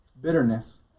bitterness